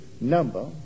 number